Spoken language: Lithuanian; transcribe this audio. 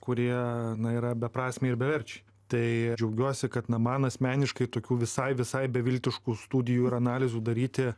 kurie yra beprasmiai ir beverčiai tai džiaugiuosi kad na man asmeniškai tokių visai visai beviltiškų studijų ir analizių daryti